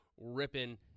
ripping